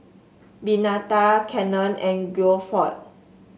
Benita Cannon and Guilford